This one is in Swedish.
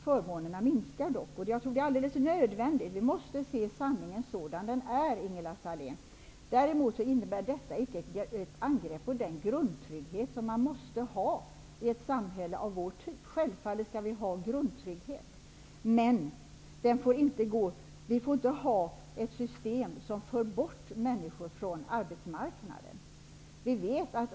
Förmånerna minskar dock, vilket är helt nödvändigt. Vi måste se sanningen sådan den är, Däremot innebär detta icke ett angrepp på den grundtrygghet som man måste ha i ett samhälle av vår typ. Självfallet skall vi ha grundtrygghet, men vi får inte ha ett system som för bort människor från arbetsmarknaden.